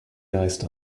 geist